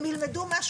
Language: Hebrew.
הם ילמדו משהו אחר.